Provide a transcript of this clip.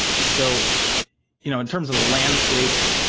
so you know in terms of the landscape,